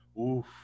Oof